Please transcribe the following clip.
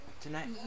tonight